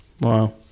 wow